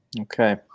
Okay